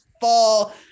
fall